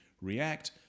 react